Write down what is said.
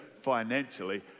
financially